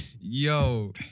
Yo